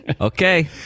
Okay